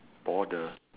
border